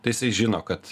tai jisai žino kad